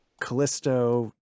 Callisto